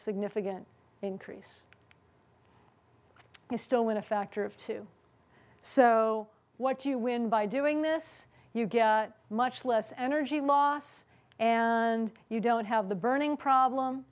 significant increase is still in a factor of two so what you win by doing this you get much less energy loss and you don't have the burning problem